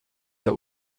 der